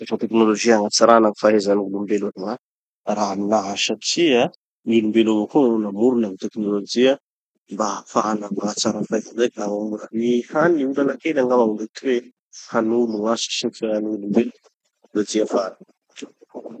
<ara-dalàna gny>mampiasa teknolojia hagnatsarana gny fahezan'olombelo aloha raha aminaha satria gn'olom-belo avao koa gny namorona gny tekinolojia mba hahafana magnatsara faheza andraiky. Gny hany mety olana kely angamba mety hoe hanolo gn'asa sy gny fiaignan'olombelo gny teknolojia afara agny.